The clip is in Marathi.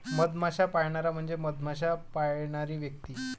मधमाश्या पाळणारा म्हणजे मधमाश्या पाळणारी व्यक्ती